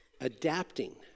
adapting